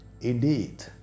Indeed